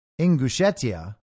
Ingushetia